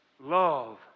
Love